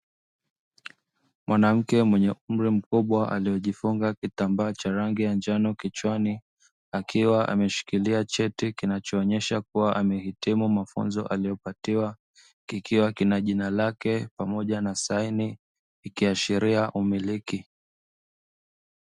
Mwanamke mwenye umri mkubwa, aliojifunga kitambaa cha rangi ya njano kichwani, akiwa ameshikilia cheti kinachoonyesha kuwa amehitimu mafunzo aliyopatiwa, kikiwa kina jina lake pamoja na saini ikiashiria umiliki.